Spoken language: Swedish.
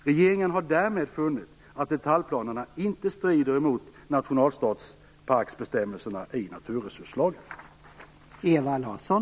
Regeringen har därmed funnit att detaljplanerna inte strider mot nationalstadsparksbestämmelserna i naturresurslagen.